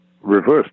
reversed